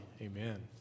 Amen